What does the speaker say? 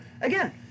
again